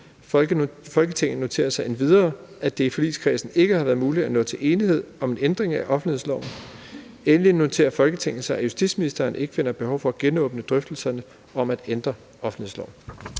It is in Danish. Folketinget noterer sig endvidere, at det i forligskredsen ikke har været muligt at nå til enighed om en ændring af offentlighedsloven. Endelig noterer Folketinget sig, at justitsministeren ikke finder behov for at genåbne drøftelserne om at ændre offentlighedsloven.«